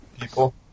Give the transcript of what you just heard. people